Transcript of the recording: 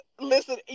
Listen